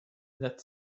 that